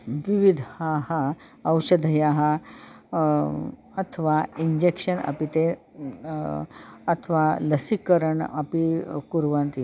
विविधाः औषधयः अथवा इञ्जेक्षन् अपि ते अथवा लस्सीकरणं अपि कुर्वन्ति